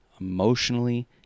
emotionally